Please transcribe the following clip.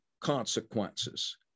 consequences